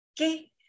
okay